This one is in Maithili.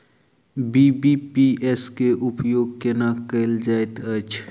बी.बी.पी.एस केँ उपयोग केना कएल जाइत अछि?